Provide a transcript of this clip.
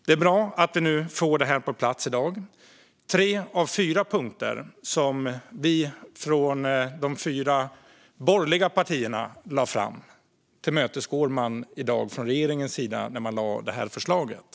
Det är bra att vi får detta på plats i dag. Tre av de fyra punkter som vi från de fyra borgerliga partierna lade fram tillmötesgås i dag av regeringen genom framläggandet av förslaget.